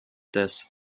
des